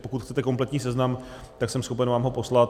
Pokud chcete kompletní seznam, tak jsem schopen vám ho poslat.